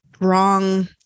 wrong